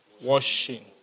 washing